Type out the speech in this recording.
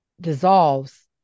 dissolves